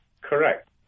Correct